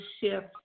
shift